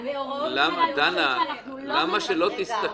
--- שאנחנו לא מנצלים.